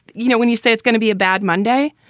you know, when you say it's gonna be a bad monday,